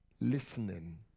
Listening